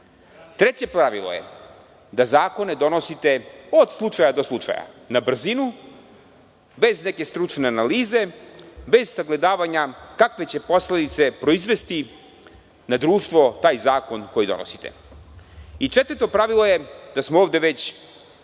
zlo. Treće pravilo je da zakone donosite od slučaja do slučaja, na brzinu, bez neke stručne analize, bez sagledavanja kakve će posledice proizvesti na društvo taj zakon koji donosite. Četvrto pravilo je da smo ovde već